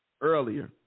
earlier